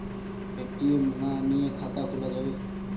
ATM না নিয়ে খাতা খোলা যাবে?